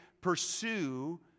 pursue